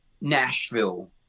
Nashville